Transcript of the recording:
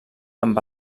amb